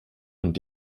und